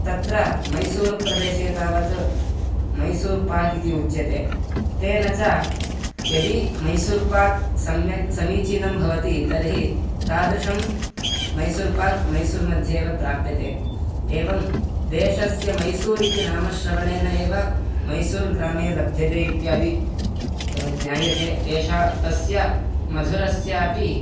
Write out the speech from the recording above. तत्र मैसूरुप्रदेशे तावत् मैसूर्पाक् इति उच्यते तेन च यदि मैसूर्पाक् सम्यक् समीचीनं भवति तर्हि तादृशं मैसूर्पाक् मैसूर्मध्ये एव प्राप्यते एवं देशस्य मैसूर् इति नामश्रवणेन एव मैसूर्ग्रामे लभ्यते इत्यादि ज्ञायते तेषा तस्य मधुरस्यापि